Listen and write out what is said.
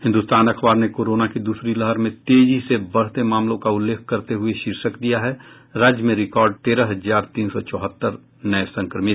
हिन्दुस्तान अखबार ने कोरोना की दूसरी लहर में तेजी से बढ़ते मामलों का उल्लेख करते हुये शीर्षक दिया है राज्य में रिकॉर्ड तेरह हजार तीन सौ चौहत्तर नये संक्रमित